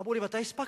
אמרו לי: מתי הספקתם?